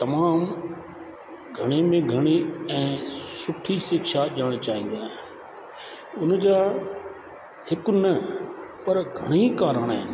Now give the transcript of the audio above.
तमामु घणी में घणी ऐं सुठी शिक्षा ॾियणु चाहींदो आहियां उन जा हिकु न पर घणा ई कारण आहिनि